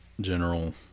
General